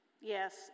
Yes